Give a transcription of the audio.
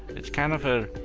it's kind of ah